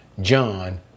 John